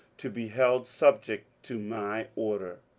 to be held subject to my order.